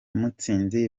mutsinzi